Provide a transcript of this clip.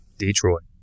Detroit